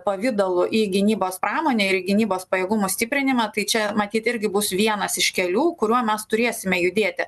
pavidalu į gynybos pramonę ir gynybos pajėgumų stiprinimą tai čia matyt irgi bus vienas iš kelių kuriuo mes turėsime judėti